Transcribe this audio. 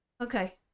Okay